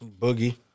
Boogie